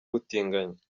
ubutinganyi